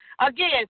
Again